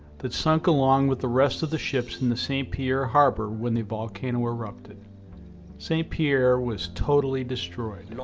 that sunk along with the rest of the ships in the saint-pierre harbor when the volcano erupted saint-pierre was totally destroyed you know